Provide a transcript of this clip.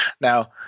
Now